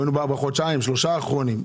איפה בחודשיים, שלושה האחרונים?